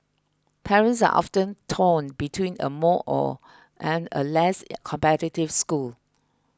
parents are often torn between a more or and a less competitive school